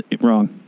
wrong